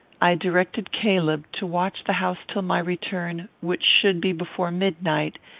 i directed caleb to watch the house till my return, which should be before midnight,